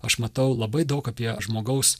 aš matau labai daug apie žmogaus